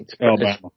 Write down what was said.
Alabama